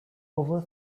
over